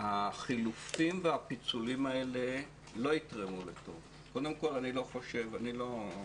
וכמובן, לתרבות ולספורט, שזה לא רק